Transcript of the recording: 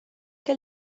che